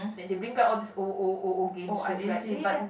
that they bring back all these old old old old games like ya ya ya